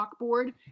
chalkboard